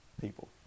people